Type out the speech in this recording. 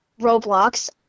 Roblox